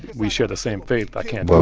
we share the same faith. i can't.